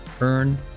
Earn